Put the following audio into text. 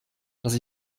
dass